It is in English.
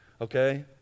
okay